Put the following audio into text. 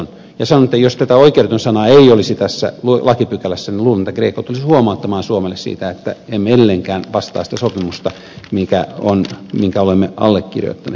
ja sanon että jos tätä oikeudeton sanaa ei olisi tässä lakipykälässä niin luulen että greco tulisi huomauttamaan suomelle siitä että emme edelleenkään vastaa siitä sopimuksesta minkä olemme allekirjoittaneet